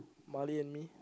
Marley and me